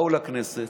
באו לכנסת,